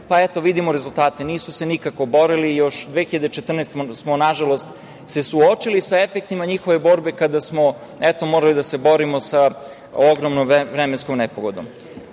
pa eto, vidimo rezultate, nisu se nikako borili i još 2014. godine smo se, nažalost, suočili sa efektima njihove borbe kada smo, eto, morali da se borimo sa ogromnom vremenskom nepogodom. Inače,